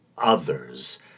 others